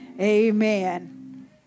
Amen